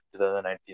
2019